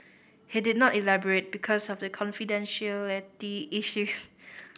he did not elaborate because of the confidentiality issues